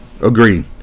Agreed